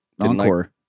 encore